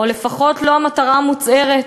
או לפחות לא המטרה המוצהרת,